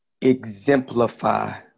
exemplify